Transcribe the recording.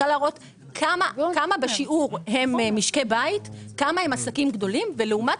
אני רוצה להראות כמה בשיעור הם משקי בית וכמה עסקים קטנים.